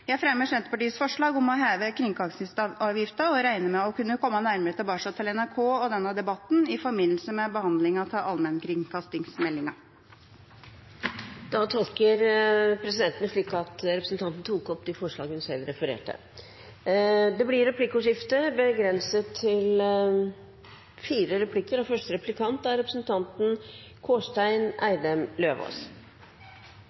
Jeg fremmer Senterpartiets forslag om å heve kringkastingsavgiften og regner med å kunne komme nærmere tilbake til NRK og denne debatten i forbindelse med behandlinga av allmennkringkastingsmeldinga. Da har representanten Anne Tingelstad Wøien tatt opp forslagene hun refererte til. Det blir replikkordskifte. Spillpolitikk er en viktig del av feltet vi diskuterer i dag, og det er